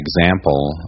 example